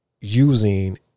using